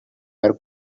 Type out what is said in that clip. are